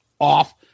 off